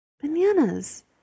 Bananas